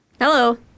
Hello